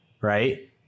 right